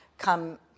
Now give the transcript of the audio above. come